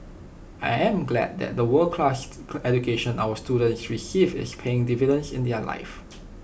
I am glad that the world class education our students receive is paying dividends in their lives